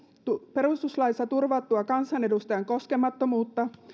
perustuslaissa turvattua kansanedustajan koskemattomuutta